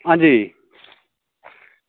आं जी